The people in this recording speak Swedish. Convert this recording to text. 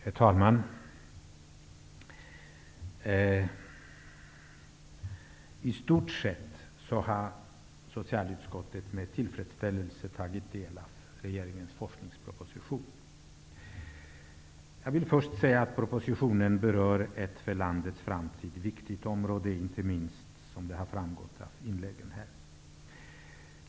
Herr talman! Socialutskottet har i stort sett med tillfredsställelse tagit del av regeringens forskningsproposition. Propositionen berör ett för landets framtid viktigt område, vilket inte minst har framgått av inläggen här.